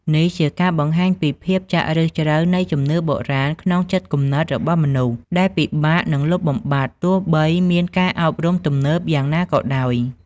នេះជាការបង្ហាញពីភាពចាក់ឫសជ្រៅនៃជំនឿបុរាណក្នុងចិត្តគំនិតរបស់មនុស្ស ដែលពិបាកនឹងលុបបំបាត់ ទោះបីមានការអប់រំទំនើបយ៉ាងណាក៏ដោយ។